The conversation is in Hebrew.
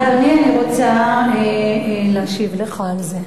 אדוני, אני רוצה להשיב לך על זה.